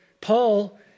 Paul